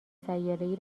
سیارهای